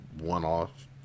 one-off